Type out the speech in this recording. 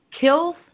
kills